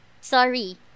Sorry